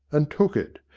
and took it,